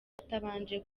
atabanje